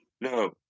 No